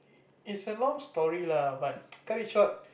it's a long story lah but cut it short